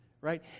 Right